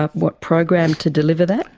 ah what, programmed to deliver that?